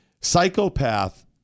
psychopath